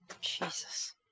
Jesus